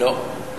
לא.